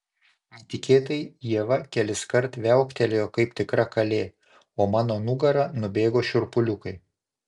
netikėtai ieva keliskart viauktelėjo kaip tikra kalė o mano nugara nubėgo šiurpuliukai